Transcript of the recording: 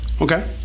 Okay